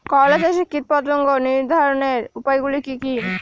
করলা চাষে কীটপতঙ্গ নিবারণের উপায়গুলি কি কী?